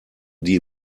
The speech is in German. die